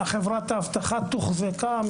חברת האבטחה תוחזקה,